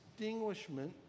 distinguishment